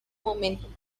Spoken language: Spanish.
momento